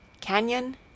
Canyon